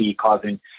causing